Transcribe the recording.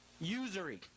Usury